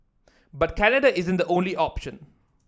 but Canada isn't the only option